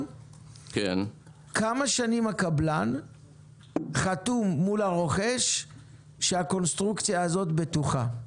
כמה שנים הקבלן חתום מול הרוכש שהקונסטרוקציה הזו בטוחה?